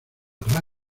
radio